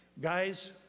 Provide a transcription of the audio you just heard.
Guys